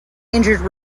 injured